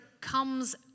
comes